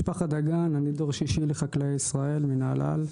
משפחת דגן, אני דור שישי לחקלאי ישראל מנהלל.